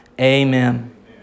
Amen